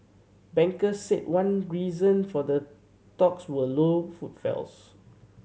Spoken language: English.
bankers said one reason for the talks were low footfalls